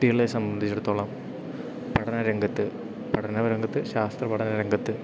കുട്ടികളെ സംബന്ധിച്ചിടത്തോളം പഠന രംഗത്ത് പഠന രംഗത്ത് ശാസ്ത്ര പഠന രംഗത്ത്